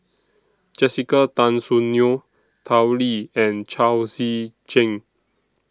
Jessica Tan Soon Neo Tao Li and Chao Tzee Cheng